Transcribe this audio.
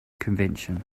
convention